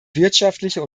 wirtschaftliche